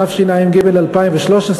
התשע"ג 2013,